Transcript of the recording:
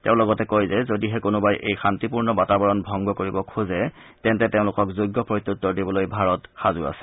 তেওঁ লগতে কয় যে যদিহে কোনোবাই এই শান্তিপূৰ্ণ বাতাবৰণ ভংগ কৰিব খোজে তেন্তে তেওঁলোকক যোগ্য প্ৰত্যুত্তৰ দিবলৈ ভাৰত সাজু আছে